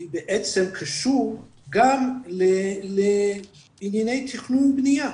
בעצם קשור גם לענייני תכנון ובנייה,